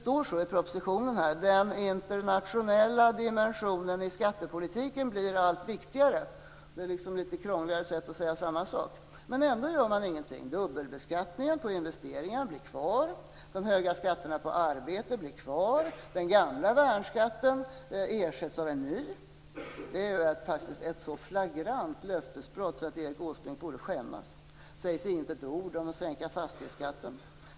I propositionen står att den internationella dimensionen i skattepolitiken blir allt viktigare. Det är ett litet krångligare sätt att säga samma sak. Ändå gör man ingenting. Dubbelbeskattningen på investeringar blir kvar. De höga skatterna på arbete blir kvar. Den gamla värnskatten ersätts av en ny. Det sistnämnda är ett så flagrant löftesbrott att Erik Åsbrink borde skämmas. Inte ett ord sägs om att sänka fastighetsskatten.